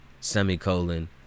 semicolon